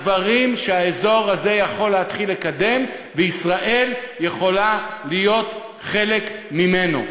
הדברים שהאזור הזה יכול להתחיל לקדם וישראל יכולה להיות חלק ממנו.